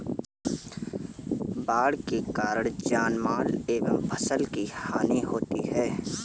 बाढ़ के कारण जानमाल एवं फसल की हानि होती है